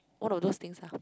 one of those things ah